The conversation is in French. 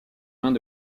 mains